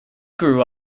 grew